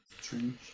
Strange